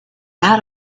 out